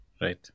right